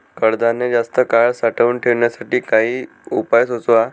कडधान्य जास्त काळ साठवून ठेवण्यासाठी काही उपाय सुचवा?